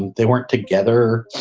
and they weren't together.